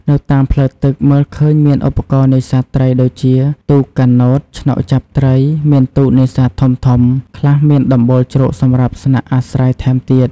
នៅតាមផ្លូវទឹក មើលឃើញមានឧបករណ៍នេសាទត្រី ដូចជា ទូកកាណូត ឆ្នុកចាប់ត្រី មានទូកនេសាទធំៗ ខ្លះមានដំបូលជ្រកសម្រាប់ស្នាក់អាស្រ័យថែមទៀត។